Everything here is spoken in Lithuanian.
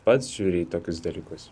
pats žiūri į tokius dalykus